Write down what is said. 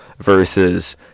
versus